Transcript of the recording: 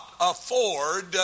afford